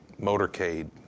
motorcade